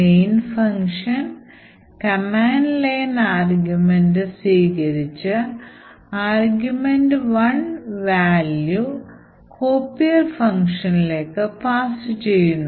main function command line argument ആയി സ്വീകരിച്ച argv1 value copier function ലേക്ക് പാസ് ചെയ്യുന്നു